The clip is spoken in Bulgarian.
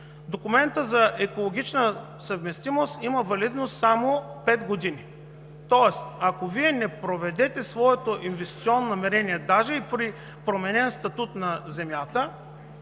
документът за екологична съвместимост има валидност само пет години. Тоест ако Вие не проведете своето инвестиционно намерение, даже и при променен статут на земята,